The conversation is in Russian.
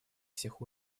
всех